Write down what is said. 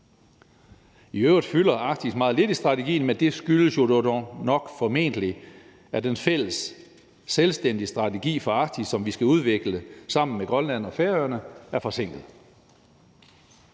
I øvrigt fylder Arktis meget lidt i strategien, men det skyldes jo dog nok formentlig, at den fælles selvstændige strategi for Arktis, som vi skal udvikle sammen med Grønland og Færøerne, er forsinket.